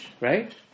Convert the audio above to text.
right